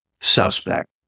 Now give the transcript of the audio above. suspect